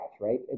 right